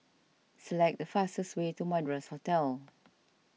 select the fastest way to Madras Hotel